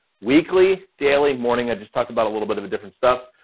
weekly, daily, morning, i just talked about a little bit of a different stuff.